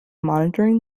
monitoring